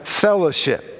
fellowship